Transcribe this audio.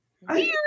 weird